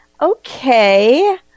Okay